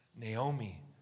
Naomi